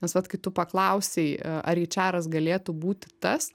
nes vat kai tu paklausei ar eičeras galėtų būti tas